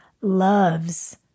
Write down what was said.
loves